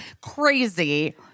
crazy